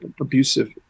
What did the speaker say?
abusive